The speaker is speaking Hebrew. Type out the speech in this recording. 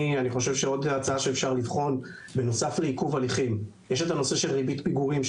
שיש עיכוב הליכים,